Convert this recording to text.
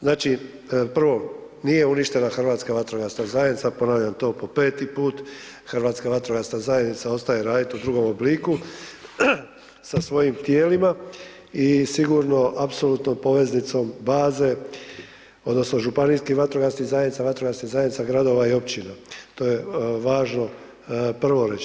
Znači prvo nije uništena Hrvatska vatrogasna zajednica, ponavljam to po 5.-ti put, Hrvatska vatrogasna zajednica ostaje raditi udrugom obliku sa svojim tijelima i sigurno, apsolutno poveznicom baze odnosno županijskih vatrogasnih zajednica, vatrogasnih zajednica gradova i općina, to je važno prvo reći.